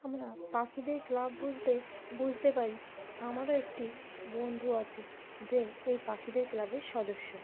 আমরা পাখিদের ক্লাব বলতে বুঝতে পারি আমারও একটি বন্ধু আছে যে এই পাখিদের ক্লাবের সদস্য